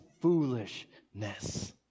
foolishness